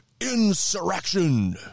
insurrection